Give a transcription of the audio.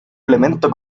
elemento